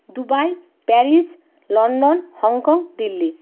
Dubai Paris London Hong Kong Delhi